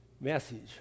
message